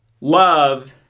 Love